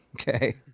Okay